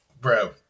bro